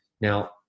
Now